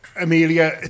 Amelia